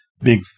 big